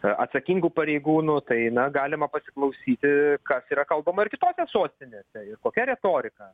atsakingų pareigūnų tai na galima pasiklausyti kas yra kalbama ir kitokia sostinėse ir kokia retorika